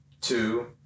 two